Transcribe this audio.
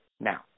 now